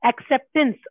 acceptance